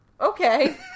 Okay